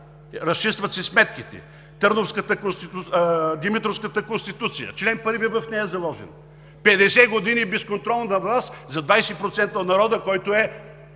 Разчистват си сметките. Димитровската конституция, в член 1 от нея са заложени 50 години безконтролна власт за 20% от народа, които